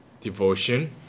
devotion